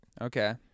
Okay